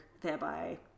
thereby